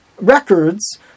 records